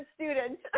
student